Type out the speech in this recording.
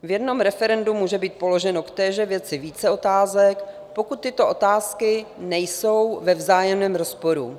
V jednom referendu může být položeno v téže věci více otázek, pokud tyto otázky nejsou ve vzájemném rozporu.